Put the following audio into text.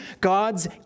God's